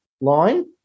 line